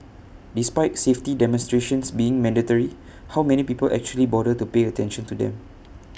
despite safety demonstrations being mandatory how many people actually bother to pay attention to them